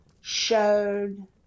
showed